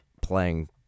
playing